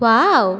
wow